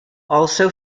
also